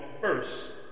first